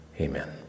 Amen